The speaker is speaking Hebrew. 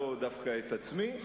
לא דווקא את עצמי,